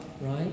right